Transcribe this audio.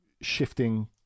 shifting